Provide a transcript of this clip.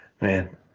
man